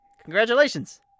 Congratulations